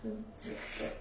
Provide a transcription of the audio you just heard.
um